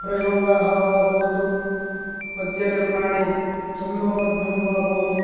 प्रयोगाः वा भवतु पद्यनिर्माणे छन्दोबद्धं वा भवतु